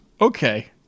Okay